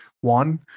one